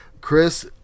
Chris